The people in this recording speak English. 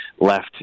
left